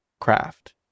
craft